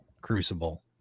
crucible